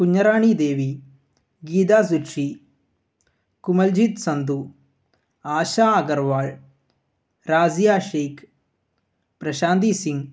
കുഞ്ഞുറാണി ദേവി ഗീത സുട്ഷി കുമൽജിത്ത് സന്ധു ആശ അഗർവാൾ റാസിയ ഷേക്ക് പ്രശാന്തി സിങ്